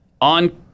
On